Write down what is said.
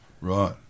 Right